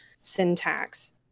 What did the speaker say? syntax